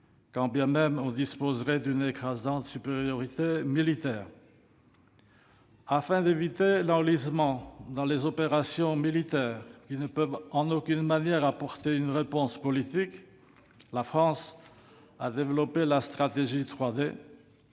quand bien même on disposerait d'une écrasante supériorité militaire. Afin d'éviter l'enlisement dans des opérations militaires qui ne peuvent en aucune manière apporter une réponse politique, la France a développé la stratégie 3D.